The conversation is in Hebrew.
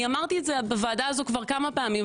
אמרתי את זה בוועדה הזאת כבר כמה פעמים,